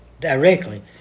directly